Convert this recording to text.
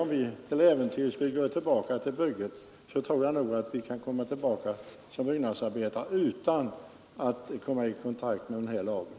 Om vi till äventyrs vill gå tillbaka som byggnadsarbetare tror jag att vi kan göra det utan att komma i konflikt med lagen.